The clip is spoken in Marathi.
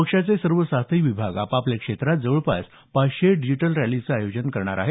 पक्षाचे सर्व सातही विभाग आपापल्या क्षेत्रात जवळपास पाचशे डिजिटल रॅलींचं आयोजन करणार आहेत